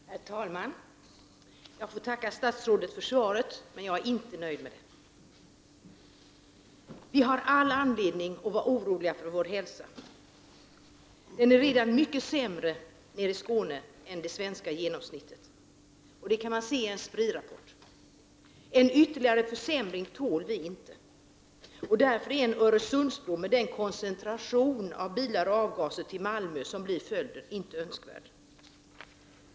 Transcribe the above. Herr talman! Jag får tacka statsrådet för svaret, men jag är inte nöjd med det. Vi har all anledning att vara oroliga för vår hälsa. Den är redan mycket sämre i Skåne än vad den är i Sverige i genomsnitt. Detta kan man läsa i en Spri-rapport. En ytterligare försämring tål vi inte. Därför är en Öresundsbro, med den koncentration av bilar och avgaser till Malmö som blir följden, inte önskvärd.